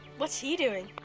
what's he doing?